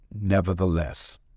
Nevertheless